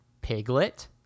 Piglet